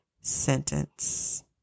sentence